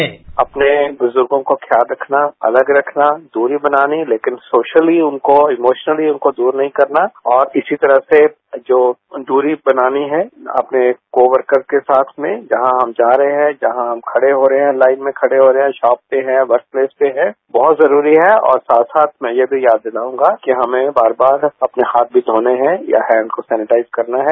sound bite अपने बुज्गों का ख्याल रखना अलग रखना दूरी बनानी लेकिन सोसली उनको इमोशनली उनको दूर नहीं करना और किसी तरह से जो दूरी बनानी है अपने को वर्कर के साथ में जहां हम जा रहे हैं जहां हम खड़े हो रहे हैं लाईन में खड़े हो रहे हैं शॉप पर हैं वर्कप्लेस पर हैं बहुत जरूरी है और साथ साथ में यह भी याद दिलाऊंगा कि हमें बार बार अपने हाथ भी धोने हैं या हाथ को सेनेटाईज करना है